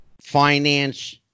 finance